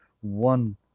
one